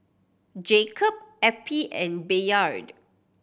Jacob Eppie and Bayard